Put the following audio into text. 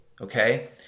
Okay